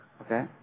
Okay